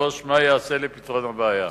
3. מה ייעשה לפתרון הבעיה?